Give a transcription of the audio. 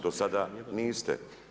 Do sada niste.